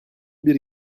bir